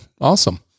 Awesome